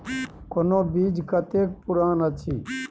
कोनो बीज कतेक पुरान अछि?